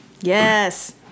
Yes